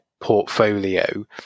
portfolio